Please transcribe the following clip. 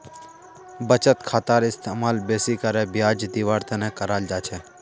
बचत खातार इस्तेमाल बेसि करे ब्याज दीवार तने कराल जा छे